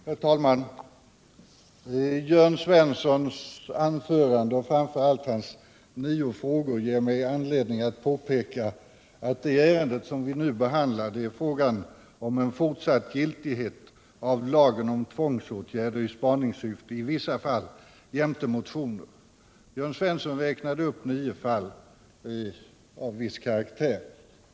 Herr talman! Jörn Svenssons anförande och framför allt hans nio frågor ger mig anledning påpeka att det ärende som vi behandlar är frågan om fortsatt giltighet av lagen om tvångsåtgärder i spaningssyfte i vissa fall jämte motioner. Jörn Svensson räknade upp nio fall av viss karaktär.